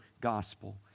gospel